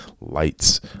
lights